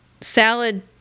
salad